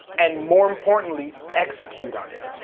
and more importantly, execute on it,